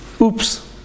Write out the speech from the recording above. Oops